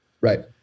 Right